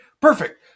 Perfect